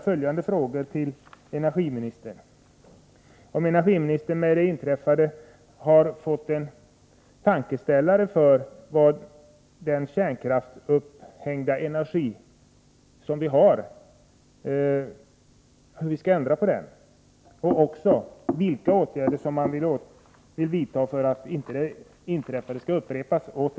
Har energiministern av det inträffade fått sig en tankeställare och börjat fundera över hur vi skall ändra det på kärnkraft upphängda energisystem som vi nu har?